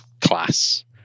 class